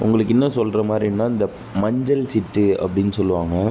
உங்களுக்கு இன்னும் சொல்கிற மாதிரின்னா இந்த மஞ்சள் சிட்டு அப்படின் சொல்லுவாங்க